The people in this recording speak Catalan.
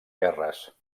guerres